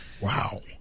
Wow